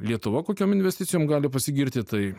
lietuva kokiom investicijom gali pasigirti tai